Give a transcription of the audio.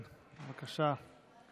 כן, בבקשה,